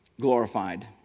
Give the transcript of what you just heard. glorified